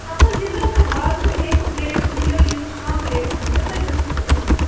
ہت حظ ییلہِ حظ تۄہہ بازرٕ بییہِ کُن ریٹس مِلیو ییٚمہِ نش کَم ریٹس مِلیو تُہۍ گٔژھو تہٕ أنِو